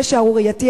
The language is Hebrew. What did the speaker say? זה שערורייתי.